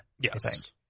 Yes